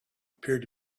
appeared